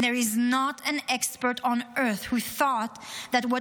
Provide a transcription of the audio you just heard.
and there is not an expert on earth who thought that what